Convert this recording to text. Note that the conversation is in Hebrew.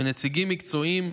והנציגים המקצועיים,